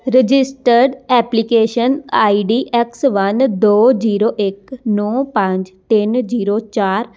registered application I D X one ਦੋ zero ਇੱਕ ਨੌਂ ਪੰਜ ਤਿੰਨ ਜ਼ੀਰੋ ਚਾਰ